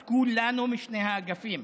את כולנו, משני האגפים.